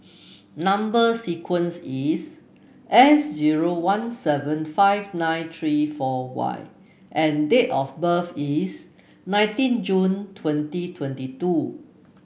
number sequence is S zero one seven five nine three four Y and date of birth is nineteen June twenty twenty two